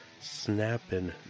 snapping